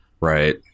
Right